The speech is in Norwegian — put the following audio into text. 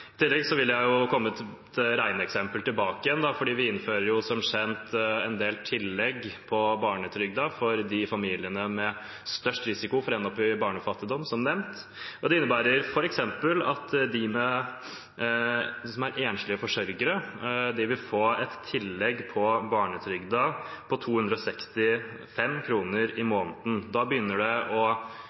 I tillegg vil jeg komme med et regneeksempel tilbake, for vi innfører som kjent en del tillegg i barnetrygden for de familiene med størst risiko for å ende opp i barnefattigdom, som nevnt. Det innebærer f.eks. at enslige forsørgere vil få et tillegg i barnetrygden på 265 kr i måneden. Da begynner man å